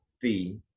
fee